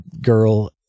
girl